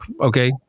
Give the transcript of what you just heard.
Okay